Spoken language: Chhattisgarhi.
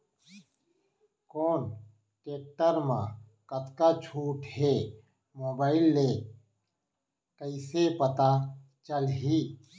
कोन टेकटर म कतका छूट हे, मोबाईल ले कइसे पता चलही?